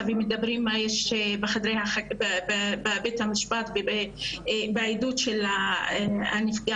ומדברים על מה שקרה בבית המשפט ובעדות של הנפגעת.